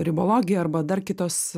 ribologija arba dar kitos